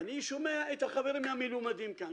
ואני שומע את החברים המלומדים כאן.